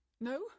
No